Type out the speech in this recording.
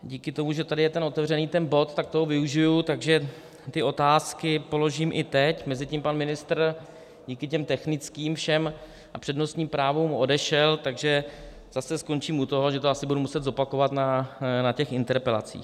Díky tomu, že tady je otevřen tento bod, tak toho využiji, takže ty otázky položím i teď, mezitím pan ministr díky těm technickým všem a přednostním právům odešel, takže zase skončím u toho, že to asi budu muset zopakovat na interpelacích.